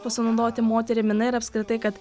pasinaudoti moterimi na ir apskritai kad